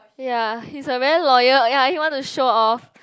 ya he's a very loyal ya he want to show off